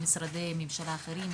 מהלך משותף עם משרדי ממשלה אחרים,